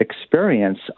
Experience